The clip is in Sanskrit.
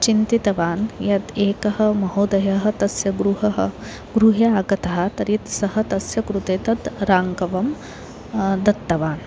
चिन्तितवान् यत् एकः महोदयः तस्य गृहं गृहे आगतः तर्हि सः तस्य कृते तत् राङ्कवं दत्तवान्